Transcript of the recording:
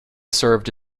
served